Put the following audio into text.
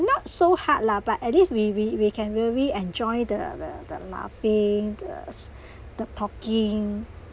not so hard lah but at least we we we can really enjoy the the the laughing the s~ the talking